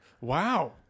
Wow